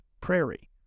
prairie